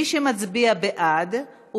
מי שמצביע בעד,